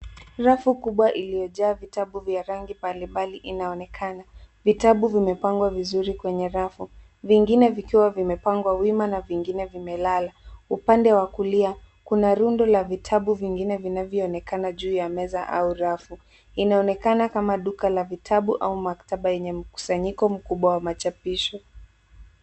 Rafu kubwa iliyojaa vitabu vya rangi mbalimbali inaonekana. Vitabu vimepangwa vizuri kwenye rafu, vingine vikiwa vimepangwa wima na vingine vimelala. Upande wa kulia, kuna rundo la vitabu vingine vinavyoonekana juu ya meza au rafu. Inaonekana kama duka la vitabu au maktaba yenye mkusanyiko mkubwa wa machapisho.